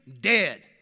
dead